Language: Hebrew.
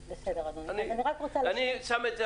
ברשותך, אני רוצה לסיים.